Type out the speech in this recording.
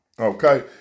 Okay